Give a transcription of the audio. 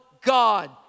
God